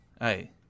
Hey